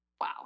Wow